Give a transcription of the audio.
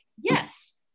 yes